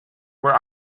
were